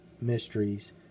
mysteries